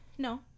No